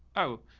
oh,